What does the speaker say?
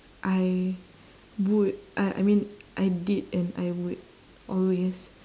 I would uh I mean I did and I would always